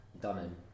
done